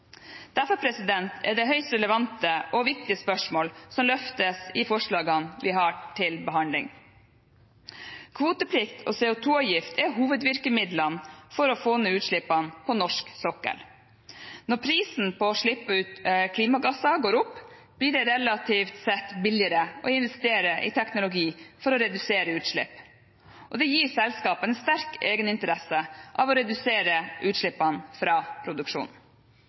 Derfor er det høyst relevante og viktige spørsmål som løftes i forslagene vi har til behandling. Kvoteplikt og CO 2 -avgift er hovedvirkemidlene for å få ned utslippene på norsk sokkel. Når prisen på å slippe ut klimagasser går opp, blir det relativt sett billigere å investere i teknologi for å redusere utslipp. Det gir selskapene sterk egeninteresse av å redusere utslippene fra